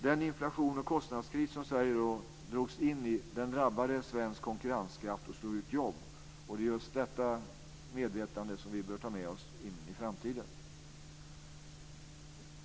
Den inflations och kostnadskris som Sverige då drogs in i drabbade svensk konkurrenskraft och slog ut jobb. Vi bör ta med oss ett medvetande om detta in i framtiden.